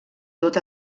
tot